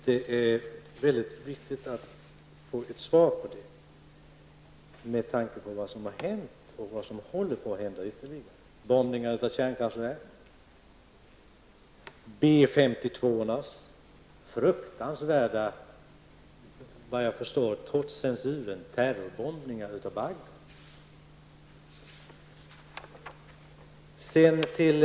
Det är viktigt att få svar på den frågan med tanke på vad som har hänt och vad som håller på att ytterligare hända. Det är fråga om bombningar av kärnkraftverk och såvitt jag uppfattat trots censuren, fruktansvärda terrorbombningar av B 52:orna över Bagdad.